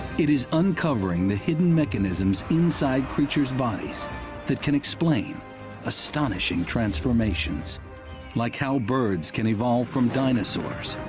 it is uncovering the hidden mechanisms inside creatures' bodies that can explain astonishing transformations like how birds can evolve from dinosaurs